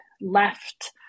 left